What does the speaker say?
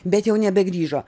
bet jau nebegrįžo